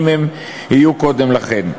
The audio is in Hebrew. אם הן יהיו קודם לכן.